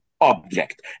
object